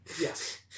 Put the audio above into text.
Yes